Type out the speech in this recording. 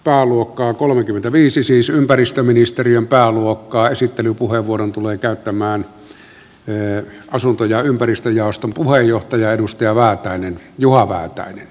a luokkaa kolmekymmentäviisi siis ympäristöministeriön esittelypuheenvuoron tulee käyttämään asunto ja ympäristöjaoston puheenjohtaja edustaja juha väätäinen